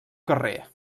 carrer